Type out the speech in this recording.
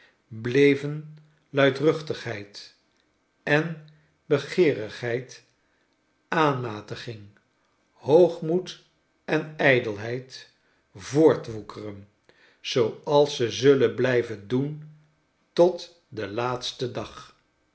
bleven luidruchtigheid en begeerigheid aanmatiging hoogmoed en ijdelheid voortwoekeren zooals ze zullen blijven doen tot den laatsten dag